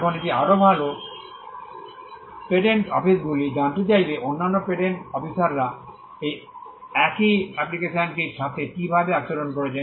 এখন এটি আরও ভাল পেটেন্ট অফিসগুলি জানতে চাইবে অন্যান্য পেটেন্ট অফিসাররা একই অ্যাপ্লিকেশনটির সাথে কীভাবে আচরণ করছেন